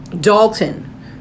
Dalton